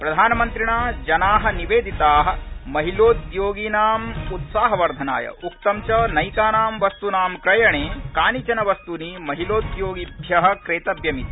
प्रधानमन्त्रिणा जना निवेदिता महिलोद्योगीनाम् उत्साहवर्धनाय उक्तं च नैकानां वस्तूनां क्रयणे कानिचन वस्तूनि महिलोद्योगिभ्य क्रेतव्यमिति